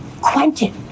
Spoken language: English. Quentin